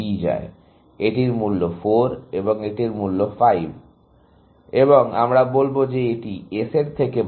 এটির মূল্য 4 এবং এটির মূল্য 5 এবং আমরা বলবো যে এটি S এর থেকে ভাল